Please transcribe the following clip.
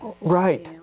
Right